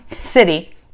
city